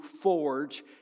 forge